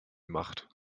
macht